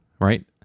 right